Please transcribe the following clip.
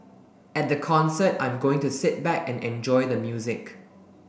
at the concert I'm going to sit back and enjoy the music